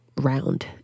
round